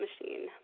machine